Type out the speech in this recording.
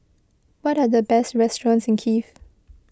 what are the best restaurants in Kiev